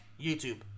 YouTube